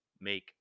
make